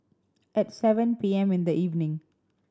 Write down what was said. at seven P M in the evening